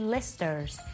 Listers